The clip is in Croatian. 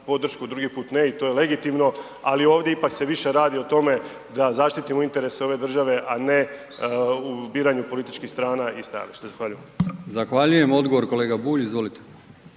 podršku, drugi put ne i to je legitimno, ali ovdje ipak se više radi o tome da zaštitimo interese ove države, a ne u biranju političkih strana i stajališta. Zahvaljujem.